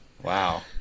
wow